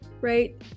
right